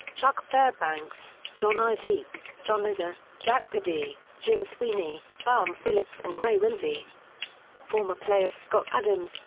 chuck fairbanks, john idzik, john mazur, jack pardee, jim sweeney, bum phillips and ray willsey former players scott adams,